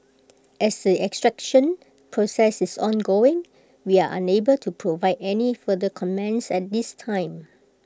as the extradition process is ongoing we are unable to provide any further comments at this time